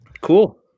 Cool